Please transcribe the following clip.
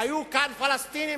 היו כאן פלסטינים,